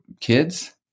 kids